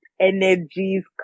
energies